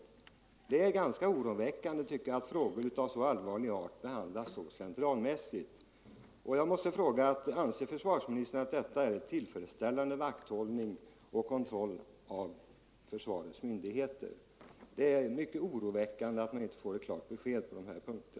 Jag tycker det är oroväckande att frågor av så allvarlig art behandlas så slentrianmässigt. Jag vill därför fråga om försvarsministern anser att detta är en tillfredsställande vakthållning och kontroll av försvarsmyndigheterna? Det är som sagt mycket oroande att inte få något klart besked på dessa punkter.